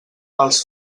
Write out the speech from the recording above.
els